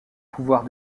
pouvoirs